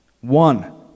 one